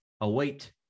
await